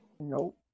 nope